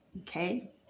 okay